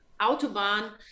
Autobahn